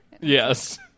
Yes